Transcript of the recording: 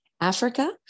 Africa